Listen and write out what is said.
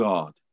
God